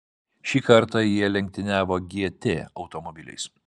šį kartą jie lenktyniavo gt automobiliais